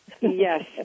Yes